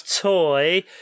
toy